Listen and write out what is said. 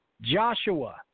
Joshua